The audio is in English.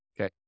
Okay